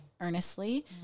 earnestly